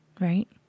Right